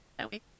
Okay